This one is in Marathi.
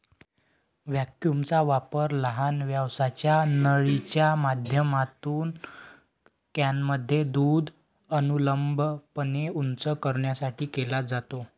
व्हॅक्यूमचा वापर लहान व्यासाच्या नळीच्या माध्यमातून कॅनमध्ये दूध अनुलंबपणे उंच करण्यासाठी केला जातो